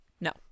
No